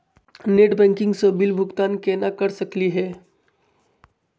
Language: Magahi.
नेट बैंकिंग स बिल भुगतान केना कर सकली हे?